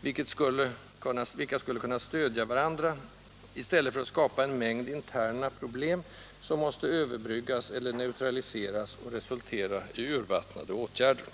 vilka skulle kunna stödja varandra i stället för att skapa en mängd interna problem, som måste överbryggas eller neutraliseras och resultera i ur vattnade åtgärder.